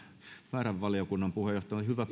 väärän valiokunnan puheenjohtajalle hyvä